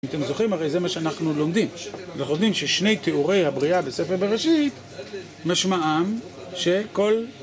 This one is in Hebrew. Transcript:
אם אתם זוכרים, הרי זה מה שאנחנו לומדים. אנחנו יודעים ששני תיאורי הבריאה בספר בראשית משמעם שכל...